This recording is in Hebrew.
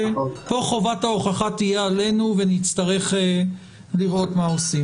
חובת ההוכחה תהיה עלינו ונצטרך לראות מה עושים.